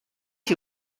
die